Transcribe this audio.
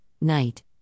night